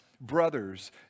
brothers